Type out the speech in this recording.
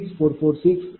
3719 0